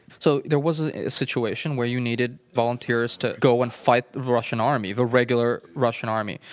so there was a situation where you needed volunteers to go and fight the russian army, the regular russian army.